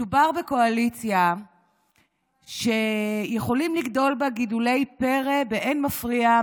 מדובר בקואליציה שיכולים לגדול בה גידולי פרא באין מפריע,